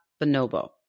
Bonobo